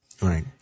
Right